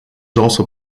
also